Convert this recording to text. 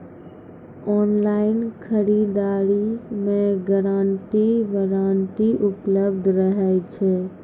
Online खरीद दरी मे गारंटी वारंटी उपलब्ध रहे छै?